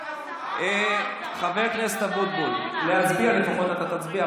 חבר הכנסת אבוטבול, להצביע, לפחות תצביע.